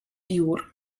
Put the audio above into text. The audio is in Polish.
jur